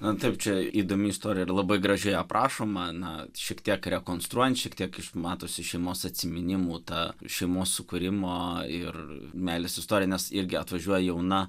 na taip čia įdomi istorija ir labai gražiai aprašoma na šiek tiek rekonstruojant šiek tiek iš matosi šeimos atsiminimų tą šeimos sukūrimo ir meilės istorines irgi atvažiuoja jauna